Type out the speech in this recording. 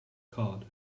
card